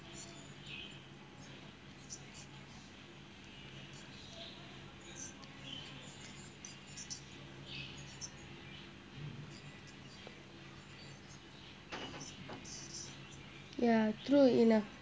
ya true enough